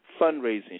fundraising